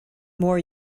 more